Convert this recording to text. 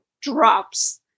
drops